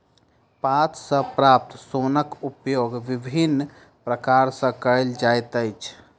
पात सॅ प्राप्त सोनक उपयोग विभिन्न प्रकार सॅ कयल जाइत अछि